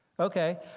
Okay